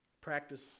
Practice